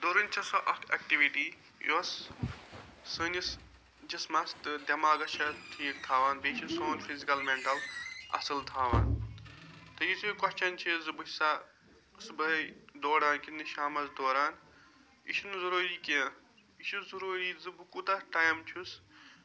دورٕنۍ چھےٚ سۄ اکھ ایٚکٹِوِٹی یوٚس سٲنِس جِسمَس تہٕ دماغَس چھےٚ ٹھیٖک تھاوان بیٚیہِ چھےٚ سون فِزکل میٚنٹَل اصٕل تھاوان تہٕ یُس یہِ کوٚسچھَن چھُ زِ بہٕ چھُ سا صُبحٲے دوران کِنہٕ شامَس دوران یہِ چھُ نہٕ ضوروٗری کینٛہہ یہِ چھُ ضوٚروٗری زِ بہٕ کوٗتاہ ٹایم چھُس